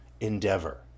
endeavor